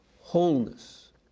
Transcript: wholeness